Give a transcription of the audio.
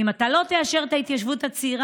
אם אתה לא תאשר את ההתיישבות הצעירה,